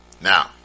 Now